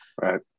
Right